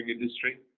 industry